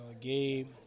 Gabe